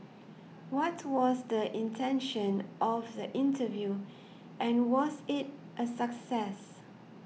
what was the intention of the interview and was it a success